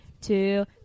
two